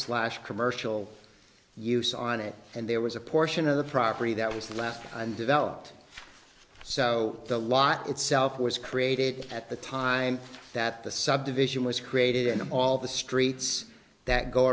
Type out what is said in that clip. slash commercial use on it and there was a portion of the property that was left and developed so the lot itself was created at the time that the subdivision was created and all the streets that go